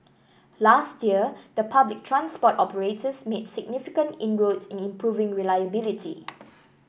last year the public transport operators made significant inroads in improving reliability